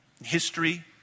History